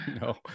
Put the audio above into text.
no